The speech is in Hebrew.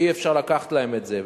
ואי-אפשר לקחת להם את זה,